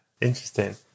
interesting